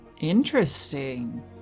Interesting